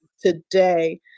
today